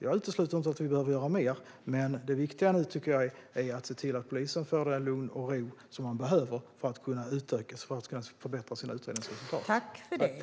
Jag utesluter inte att vi behöver göra mer, men det viktiga är att se till att polisen får det lugn och den ro man behöver för att förbättra utredningsresultaten.